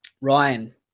Ryan